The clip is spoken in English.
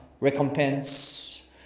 recompense